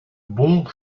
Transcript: bons